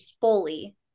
fully